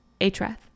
Atrath